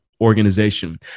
organization